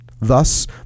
thus